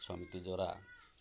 ରା